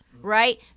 right